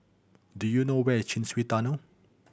do you know where is Chin Swee Tunnel